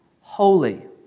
holy